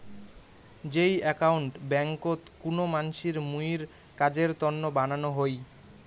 যেই একাউন্ট ব্যাংকোত কুনো মানসির মুইর কাজের তন্ন বানানো হই